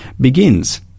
begins